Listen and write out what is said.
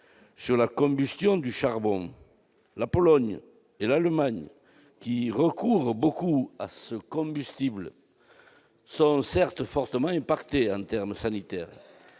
sur la combustion du charbon, si la Pologne et l'Allemagne, qui recourent beaucoup à ce combustible, sont fortement touchées en termes sanitaires,